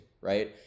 right